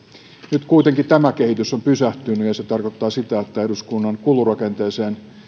nyt kuitenkin tämä kehitys on pysähtynyt ja se tarkoittaa sitä että eduskunnan kulurakenteeseen